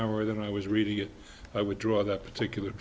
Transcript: er than i was reading it i would draw that particular